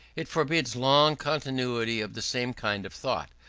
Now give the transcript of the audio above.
it forbids long continuity of the same kind of thought,